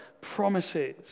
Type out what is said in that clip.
promises